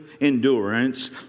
endurance